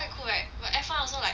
so like when I found out also like